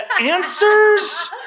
answers